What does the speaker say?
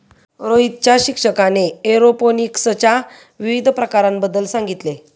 रोहितच्या शिक्षकाने एरोपोनिक्सच्या विविध प्रकारांबद्दल सांगितले